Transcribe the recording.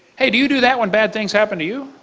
hey, do you do that when bad things happen to you?